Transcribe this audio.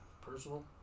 personal